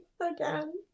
again